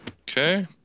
Okay